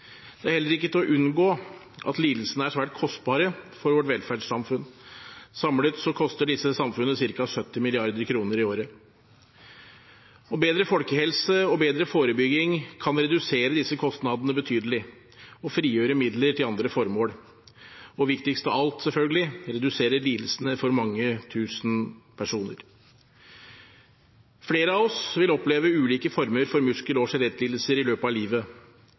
Det er heller ikke til å unngå at disse lidelsene er svært kostbare for vårt velferdssamfunn. Samlet koster disse lidelsene samfunnet ca. 70 mrd. kr i året. Bedre folkehelse og bedre forebygging kan redusere disse kostnadene betydelig og frigjøre midler til andre formål – og viktigst av alt, selvfølgelig, å redusere lidelsene for mange tusen personer. Flere av oss vil oppleve ulike former for muskel- og skjelettlidelser i løpet av livet.